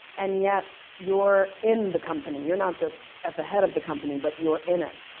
and yet you're in the company. you're not just at the head of the company, but you're in it.